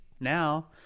now